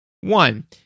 One